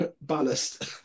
ballast